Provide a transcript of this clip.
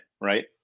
right